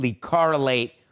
correlate